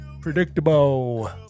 Predictable